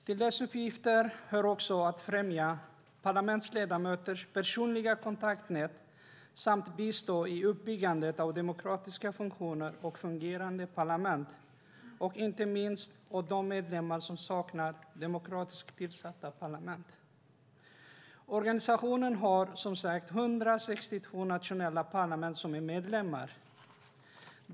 Till dess uppgifter hör att främja parlamentsledamöters personliga kontaktnät samt bistå i uppbyggandet av demokratiska funktioner och fungerande parlament, inte minst hos de medlemmar som saknar demokratiskt tillsatta parlament. Organisationen har 162 nationella parlament som medlemmar.